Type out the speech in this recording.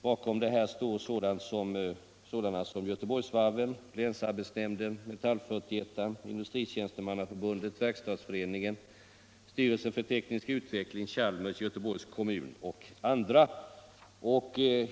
Bakom detta står Göteborgsvarven, länsarbetsnämnden, Metalls avdelning 41, Industritjänstemannaförbundet, Verkstadsföreningen, styrelsen för teknisk utveckling, Chalmers tekniska högskola, Göteborgs kommun och andra.